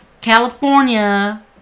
California